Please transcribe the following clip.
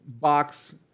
box